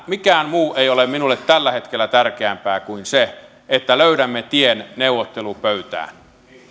mikään muu ei ole minulle tällä hetkellä tärkeämpää kuin se että löydämme tien neuvottelupöytään